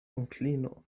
onklino